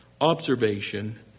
observation